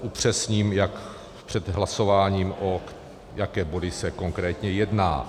Upřesním před hlasováním, o jaké body se konkrétně jedná.